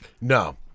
No